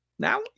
Now